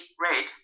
red